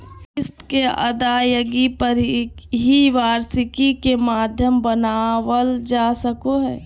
किस्त के अदायगी पर ही वार्षिकी के माध्यम बनावल जा सको हय